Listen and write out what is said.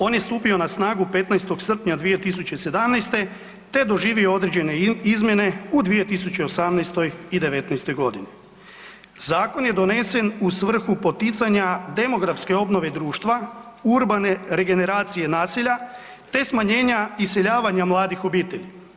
On je stupio na snagu 15. srpnja 2017., te doživio određene izmjene u 2018. i '19.g. Zakon je donesen u svrhu poticanja demografske obnove društva, urbane regeneracije naselja, te smanjenja iseljavanja mladih obitelji.